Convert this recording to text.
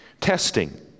Testing